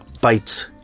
bites